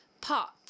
pot